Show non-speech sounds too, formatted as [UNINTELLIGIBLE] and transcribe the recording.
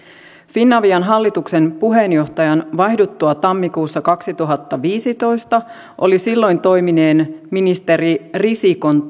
finavian hallituksen puheenjohtajan vaihduttua tammikuussa kaksituhattaviisitoista oli silloin toimineen ministeri risikon [UNINTELLIGIBLE]